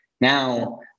Now